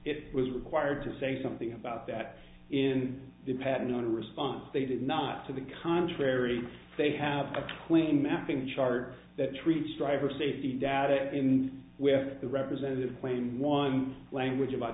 it was required to say something about that in the patent on a response they did not to the contrary they have a clean mapping chart that treats driver safety data and we have the representative claim one language about